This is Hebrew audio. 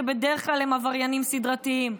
שבדרך כלל הם עבריינים סדרתיים,